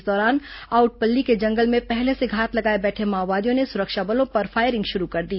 इस दौरान आउटपल्ली के जंगल में पहले से घात लगाए बैठे माओवादियों ने सुरक्षा बलों पर फायरिंग शुरू कर दी